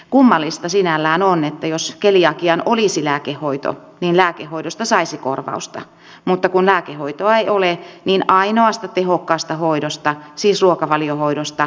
kummallista sinällään on että jos keliakiaan olisi lääkehoito niin lääkehoidosta saisi korvausta mutta kun lääkehoitoa ei ole niin ainoasta tehokkaasta hoidosta siis ruokavaliohoidosta korvausta ei jatkossa saa